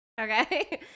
Okay